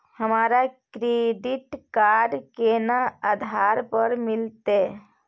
हमरा credit card केना आधार पर मिलते?